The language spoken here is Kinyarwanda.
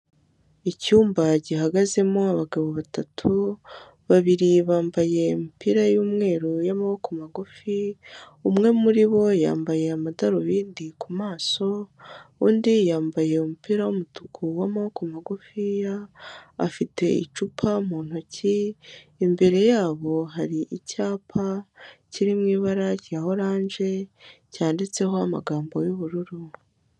Icyumba gihagazemo abagabo batatu, babiri bambaye imipira y'umweru y'amaboko magufi, umwe muri bo yambaye amadarubindi ku maso, undi yambaye umupira w'umutuku w'amaboko magufiya, afite icupa mu ntoki imbere yabo hari icyapa kiri mu ibara rya oranje cyanditseho amagambo y'ubururu.